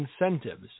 incentives